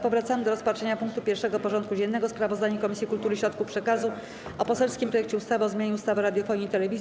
Powracamy do rozpatrzenia punktu 1. porządku dziennego: Sprawozdanie Komisji Kultury i Środków Przekazu o poselskim projekcie ustawy o zmianie ustawy o radiofonii i telewizji.